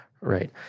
Right